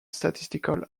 statistical